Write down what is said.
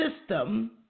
system